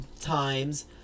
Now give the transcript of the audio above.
times